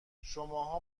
شماها